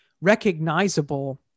recognizable